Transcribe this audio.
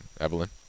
Evelyn